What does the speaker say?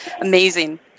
amazing